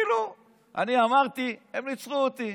אני אמרתי: הם ניצחו אותי.